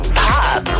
pop